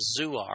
Zuar